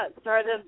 started